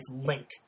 Link